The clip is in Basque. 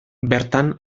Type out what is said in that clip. bertan